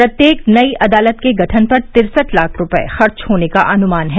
प्रत्येक नयी अदालत के गठन पर तिरसठ लाख रूपये खर्च होने का अनुमान है